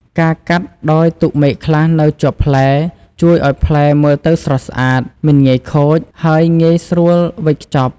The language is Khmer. ការកាត់ដោយទុកមែកខ្លះនៅជាប់ផ្លែ ជួយឱ្យផ្លែមើលទៅស្រស់ស្អាត មិនងាយខូច ហើយងាយស្រួលវេចខ្ចប់។